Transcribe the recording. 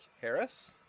Harris